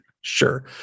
Sure